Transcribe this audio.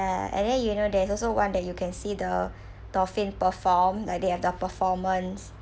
ya and then you know there's also one that you can see the dolphins perform like they have their performance